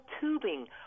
tubing